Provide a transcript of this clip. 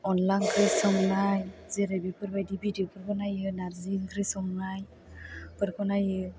अनला ओंख्रि संनाय जेरै बेफोरबायदि भिदिय' बेफोरबो नायो नार्जि ओंख्रि संनायफोरखौ नायो